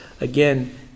again